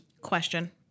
Question